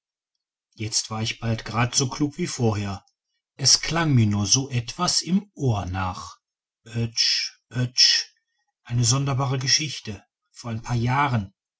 jetzt war ich bald gerade so klug wie vorher es klang mir nur so etwas im ohr nach oetsch oetsch eine sonderbare geschichte vor ein paar jahren